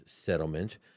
settlement